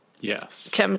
Yes